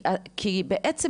כי בעצם,